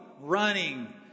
running